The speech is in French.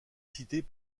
cités